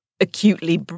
acutely